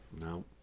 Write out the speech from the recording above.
No